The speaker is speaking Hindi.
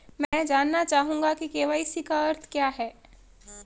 मैं जानना चाहूंगा कि के.वाई.सी का अर्थ क्या है?